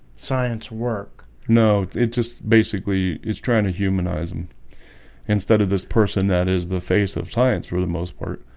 science work, no it just basically is trying to humanize them instead of this person that is the face of science for the most part